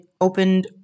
opened